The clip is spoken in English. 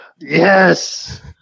Yes